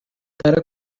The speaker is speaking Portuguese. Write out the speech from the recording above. para